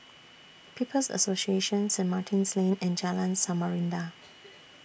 People's Association Saint Martin's Lane and Jalan Samarinda